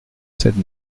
cette